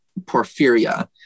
porphyria